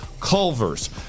Culver's